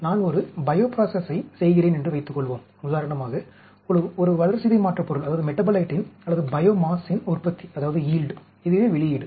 நான் ஒரு பையோ ப்ரோஸஸை செய்கிறேன் என்று வைத்துக்கொள்வோம் உதாரணமாக ஒரு வளர்சிதை மாற்றப் பொருளின் அல்லது பையோமாஸின் உற்பத்தி இதுவே வெளியீடு